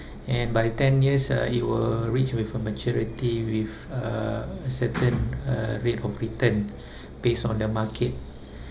and by ten years uh it will reach with a maturity with uh a certain uh rate of return based on the market